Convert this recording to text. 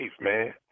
man